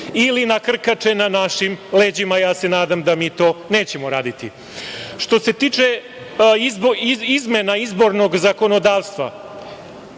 ili na krkače na našim leđima. Ja se nadam da mi to nećemo raditi. Što se tiče izmena izbornog zakonodavstva,